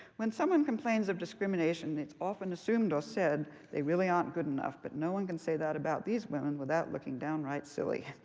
when someone complains of discrimination, it's often assumed or said they really aren't good enough, but no one can say that about these women without looking downright silly.